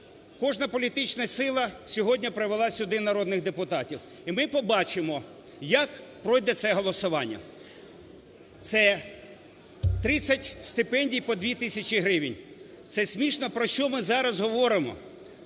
кожна політична сила сьогодні привела сюди народних депутатів, і ми побачимоЮ як пройде це голосування. Це 30 стипендій по дві тисячі гривень, це смішно, про що ми зараз говоримо.